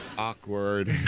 awkward.